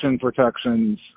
protections